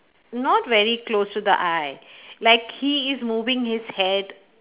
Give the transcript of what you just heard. not very close to the eye like he is moving his head